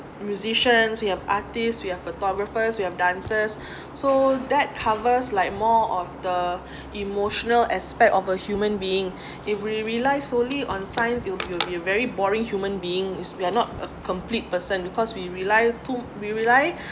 musicians we have artist we have photographers we have dancers so that covers like more of the emotional aspect of a human being if we rely solely on science you you'll be a very boring human beings we are not a complete person because we rely too we rely